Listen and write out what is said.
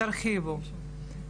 תרחיבו,